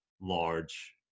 large